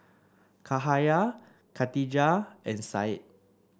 Cahaya Katijah and Said